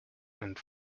and